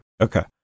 Okay